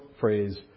phrase